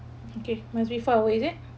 okay must be far away is it